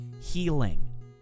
healing